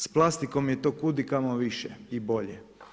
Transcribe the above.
S plastikom je to kudikamo više i bolje.